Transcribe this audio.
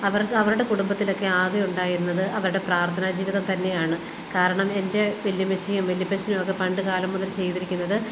അവർക്ക് അവരുടെ കുടുംബത്തിലൊക്കെ ആകെ ഉണ്ടായിരുന്നത് അവരുടെ പ്രാർത്ഥനാ ജീവിതം തന്നെയാണ് കാരണം എന്റെ വല്ലിയമ്മച്ചിയും വല്ലിയപ്പച്ചനുമൊക്കെ പണ്ട് കാലം മുതൽ ചെയ്തിരിക്കുന്നത്